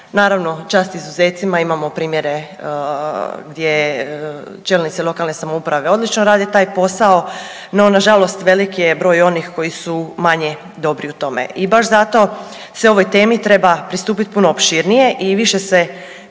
Naravno čast izuzetcima, imamo primjere gdje čelnici lokalne samouprave odlično rade taj posao, no nažalost veliki je broj onih koji su manje dobri u tome. I baš zato se ovoj temi treba pristupiti puno opširnije i više se